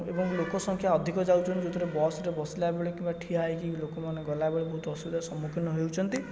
ଏବଂ ଲୋକ ସଂଖ୍ୟା ଅଧିକ ଯାଉଛନ୍ତି ଯେଉଁଥିରେ ବସ୍ରେ ବସିଲା ବେଳେ କିମ୍ବା ଠିଆ ହୋଇକି ଲୋକମାନେ ଗଲାବେଳକୁ ବହୁତ ଅସୁବିଧାର ସମ୍ମୁଖୀନ ହେଉଛନ୍ତି